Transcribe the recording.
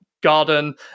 garden